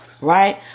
Right